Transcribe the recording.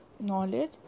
knowledge